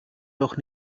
doch